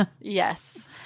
Yes